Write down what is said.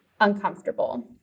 uncomfortable